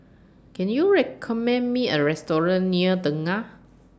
Can YOU recommend Me A Restaurant near Tengah